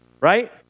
Right